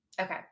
okay